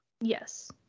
Yes